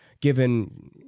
given